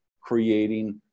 creating